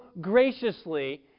graciously